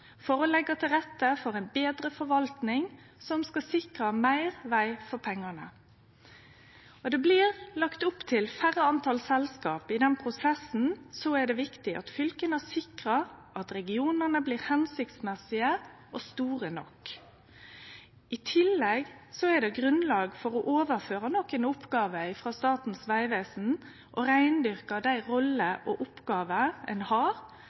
for å leggje til rette for ei betre forvalting som skal sikre meir veg for pengane. Det blir lagt opp til færre selskap, og i den prosessen er det viktig at fylka sikrar at regionane blir hensiktsmessige og store nok. I tillegg er det grunnlag for å overføre nokre oppgåver frå Statens vegvesen, og reindyrke dei rollene og oppgåvene ein har,